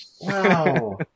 Wow